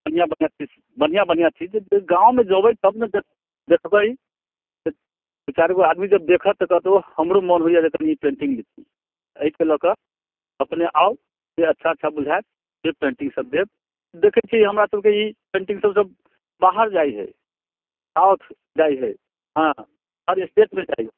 बढ़िआँ बढ़िआं चीज बढ़िआँ बढ़िआँ चीज देब गाँवमे जेबै तब ने देखबै जे दू चारिगो आदमी जब देखत तऽ कहत ओह हमरो मोन होइए जे कनि ई पेन्टिंग लितहुँ अइके लऽ कऽ अपने आउ जे अच्छा अच्छा बुझैत से पेन्टिंग सभ देब देखै छी हमरा सभके ई पेन्टिंग सभ सभ बाहर जाइ हय साउथ जाइ हय हँ हर स्टेटमे जाइ हय